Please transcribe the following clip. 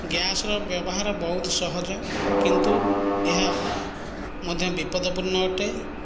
ଗ୍ୟାସ୍ର ବ୍ୟବହାର ବହୁତ ସହଜ କିନ୍ତୁ ଏହା ମଧ୍ୟ ବିପଦପୂର୍ଣ୍ଣ ଅଟେ